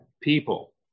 people